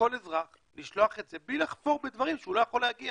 לכל אזרח לשלוח בלי לחפור בדברים אליהם הוא לא יכול להגיע.